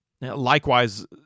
Likewise